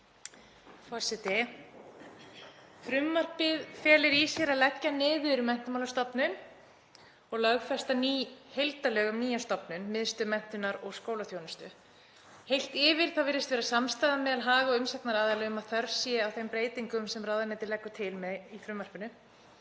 Forseti. Frumvarpið felur í sér að leggja niður Menntamálastofnun og lögfesta ný heildarlög um nýja stofnun, Miðstöð menntunar og skólaþjónustu. Heilt yfir virðist vera samstaða meðal hag- og umsagnaraðila um að þörf sé á þeim breytingum sem ráðuneytið leggur til með frumvarpinu.